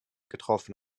getroffen